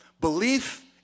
Belief